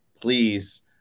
Please